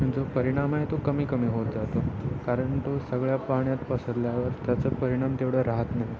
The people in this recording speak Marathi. जो परिणाम आहे तो कमी कमी होत जातो कारण तो सगळ्या पाण्यात पसरल्यावर त्याचं परिणाम तेवढं राहत नाही